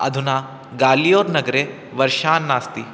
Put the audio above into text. अधुना गालियोर् नगरे वर्षा नास्ति